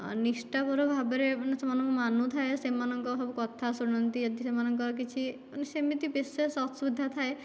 ନିଷ୍ଠାପର ଭାବରେ ମାନେ ସେମାନଙ୍କୁ ମାନୁଥାଏ ସେମାନଙ୍କ ସବୁ କଥା ଶୁଣନ୍ତି ଏଥିରେ ସେମାନଙ୍କର କିଛି ମାନେ ସେମିତି ବିଶେଷ ଅସୁବିଧା ଥାଏ